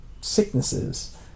sicknesses